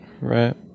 Right